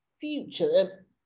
future